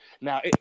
Now